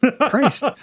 Christ